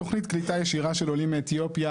תוכנית קליטה ישירה של עולים מאתיופיה